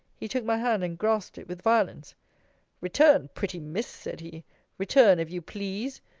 he took my hand, and grasped it with violence return, pretty miss, said he return, if you please.